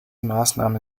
maßnahme